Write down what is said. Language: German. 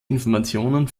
informationen